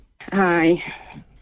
Hi